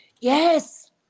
Yes